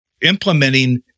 implementing